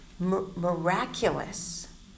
Miraculous